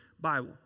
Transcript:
Bible